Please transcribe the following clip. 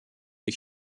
ich